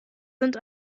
sind